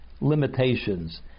limitations